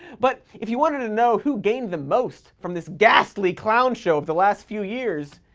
but if you wanted to know who gained the most from this ghastly clown show of the last few years,